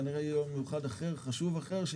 כנראה יהיה יום מיוחד אחר,